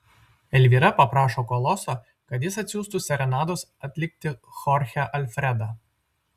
elvyra paprašo koloso kad jis atsiųstų serenados atlikti chorchę alfredą